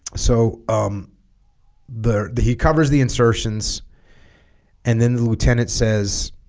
so um the the he covers the insertions and then the lieutenant says